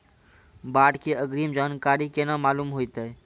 बाढ़ के अग्रिम जानकारी केना मालूम होइतै?